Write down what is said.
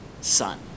Son